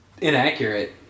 Inaccurate